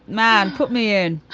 man. put me in.